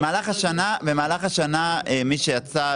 במהלך השנה מי שיצא,